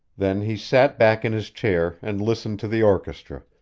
then he sat back in his chair and listened to the orchestra,